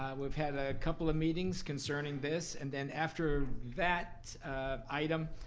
we've had a couple of meetings concerning this. and then after that item,